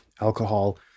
alcohol